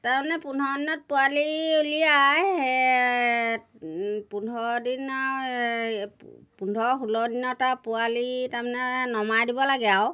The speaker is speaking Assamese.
তাৰমানে পোন্ধৰ দিনত পোৱালি উলিয়াই হে পোন্ধৰ দিনৰ পোন্ধৰ ষোল্ল দিনত আৰু পোৱালি তাৰমানে নমাই দিব লাগে আৰু